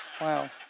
Wow